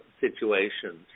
situations